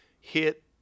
hit